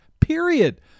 Period